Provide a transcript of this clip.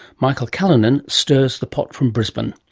michael callanan stirs the pot from brisbane.